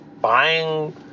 buying